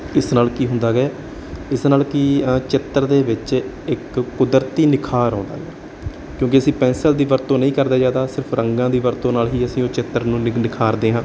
ਇਸ ਨਾਲ ਕੀ ਹੁੰਦਾ ਹੈ ਗਾ ਇਸ ਨਾਲ ਕਿ ਚਿੱਤਰ ਦੇ ਵਿੱਚ ਇੱਕ ਕੁਦਰਤੀ ਨਿਖਾਰ ਆਉਂਦਾ ਕਿਉਂਕਿ ਅਸੀਂ ਪੈਨਸਿਲ ਦੀ ਵਰਤੋਂ ਨਹੀਂ ਕਰਦੇ ਜ਼ਿਆਦਾ ਸਿਰਫ਼ ਰੰਗਾਂ ਦੀ ਵਰਤੋਂ ਨਾਲ ਹੀ ਅਸੀਂ ਉਹ ਚਿੱਤਰ ਨੂੰ ਨਿਖ ਨਿਖਾਰਦੇ ਹਾਂ